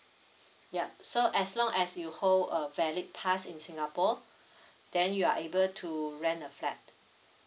yup so as long as you hold a valid pass in singapore then you are able to rent a flat